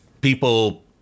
people